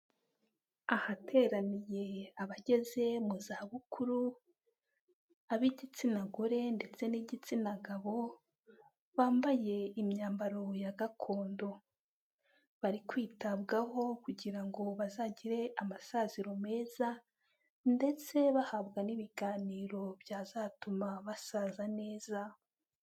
Ahateraniye abageze mu zabukuru, ab'igitsina gore ndetse n'igitsina gabo, bambaye imyambaro ya gakondo. Bari kwitabwaho kugira ngo bazagire amasaziro meza ndetse bahabwa n'ibiganiro byazatuma basaza neza.